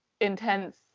intense